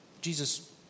Jesus